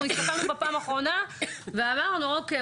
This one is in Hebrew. אנחנו הסתכלנו בפעם האחרונה ואמרנו: "אוקיי,